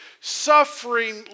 Suffering